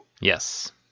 Yes